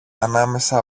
ανάμεσα